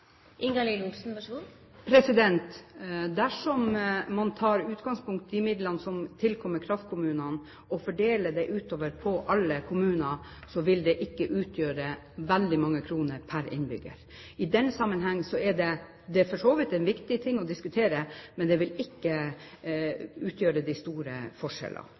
Dersom man tar utgangspunkt i midlene som tilkommer kraftkommunene og fordeler dem utover på alle kommuner, vil det ikke utgjøre veldig mange kroner per innbygger. Det er for så vidt en viktig ting å diskutere, men det vil ikke utgjøre de store forskjellene.